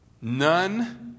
None